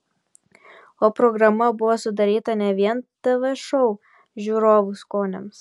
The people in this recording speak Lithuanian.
o programa buvo sudaryta ne vien tv šou žiūrovų skoniams